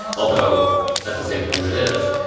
although at the same time it is